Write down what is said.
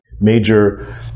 major